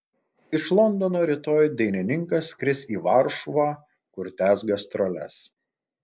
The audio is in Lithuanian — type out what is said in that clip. iš londono rytoj dainininkas skris į varšuvą kur tęs gastroles